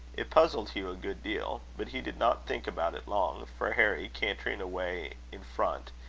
it puzzled hugh a good deal. but he did not think about it long for harry cantering away in front,